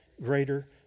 greater